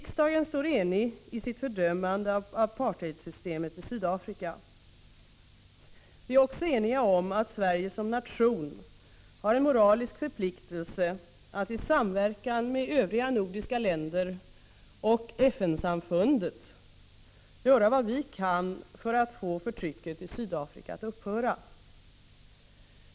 Riksdagen står enig i sitt fördömande av apartheidsystemet i Sydafrika. Vi i riksdagen är också eniga om att Sverige som nation har en moralisk förpliktelse att i samverkan med övriga nordiska länder och FN-samfundet göra vad vi kan för att få förtrycket i Sydafrika att upphöra.